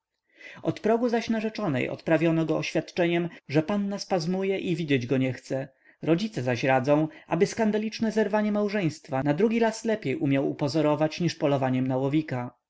progu zaś narzeczonej odprawiono go oświadczeniem że panna spazmuje i widzieć go nie chce rodzice zaś radzą aby skandaliczne zerwanie małżeństwa na drugi raz lepiej umiał upozorować niż polowaniem na łowika